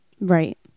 Right